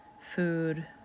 food